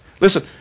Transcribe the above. Listen